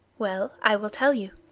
well, i will tell you.